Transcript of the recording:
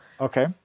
Okay